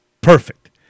Perfect